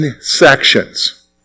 sections